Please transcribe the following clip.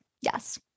yes